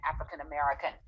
African-American